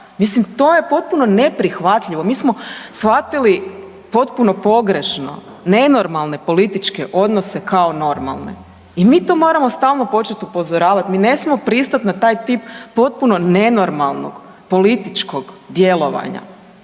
Mislim, to je potpuno neprihvatljivo, mi smo shvatili potpuno pogrešno nenormalne političke odnose kao normalne i mi to moramo stalno početi upozoravati, mi ne smijemo pristati na taj tip potpuno nenormalnog političkog djelovanja.